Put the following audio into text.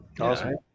Awesome